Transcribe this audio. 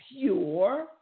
pure